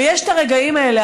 ויש את הרגעים האלה,